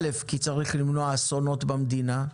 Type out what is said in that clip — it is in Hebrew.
א', כי צריך למנוע אסונות במדינה,